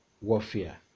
warfare